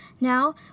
Now